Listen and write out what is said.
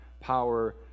power